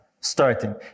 starting